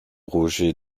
roger